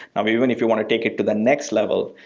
um even if you want to take it to the next level,